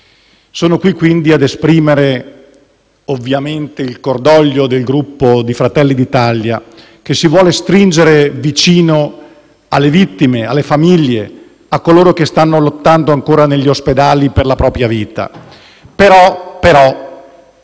Sono qui quindi ad esprimere ovviamente il cordoglio del Gruppo Fratelli d'Italia che si vuole stringere alle vittime, alle famiglie e a coloro che stanno lottando ancora negli ospedali per la propria vita. A noi, però,